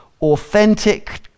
Authentic